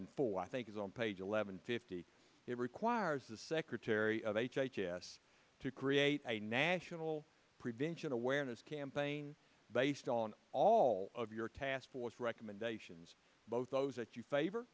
and four i think is on page eleven fifty it requires the secretary of h h s to create a national prevention awareness campaign based on all of your task force recommendations both those that you favor